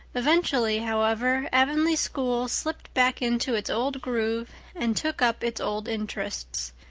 eventually, however, avonlea school slipped back into its old groove and took up its old interests.